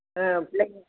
ஆ பிள்ளைங்க